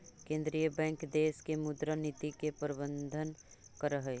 केंद्रीय बैंक देश के मुद्रा नीति के प्रबंधन करऽ हइ